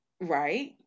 right